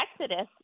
Exodus